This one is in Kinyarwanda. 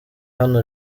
hano